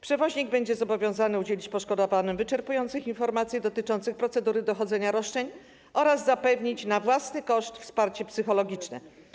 Przewoźnik będzie zobowiązany udzielić poszkodowanym wyczerpujących informacji dotyczących procedury dochodzenia roszczeń oraz zapewnić na własny koszt wsparcie psychologiczne.